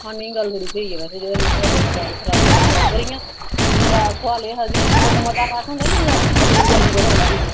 हां नी गल्ल थुआढ़ी ठीक ऐ वैसे जेह्दा नांऽ गै बस स्टैंड उत्थै रश ते होना गै एह् पर इयां मेरा सुआल ऐ हा कि मतलब मता रश होंदा कि अग्गें पिच्छें जाने दी जगह रौंह्दी